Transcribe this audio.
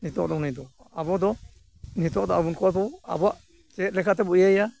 ᱱᱤᱛᱳᱜ ᱫᱚ ᱩᱱᱤᱫᱚ ᱟᱵᱚᱫᱚ ᱱᱤᱛᱳᱜ ᱫᱚ ᱩᱱᱠᱩᱣᱟᱜ ᱫᱚ ᱟᱵᱚᱣᱟᱜ ᱪᱮᱫ ᱞᱮᱠᱟ ᱛᱮᱵᱚᱱ ᱤᱭᱟᱭᱟ